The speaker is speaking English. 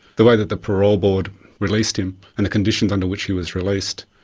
the way that the parole board released him and the conditions under which he was released,